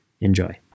Enjoy